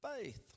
faith